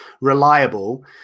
reliable